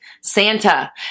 Santa